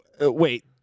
Wait